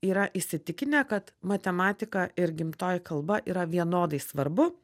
yra įsitikinę kad matematika ir gimtoji kalba yra vienodai svarbu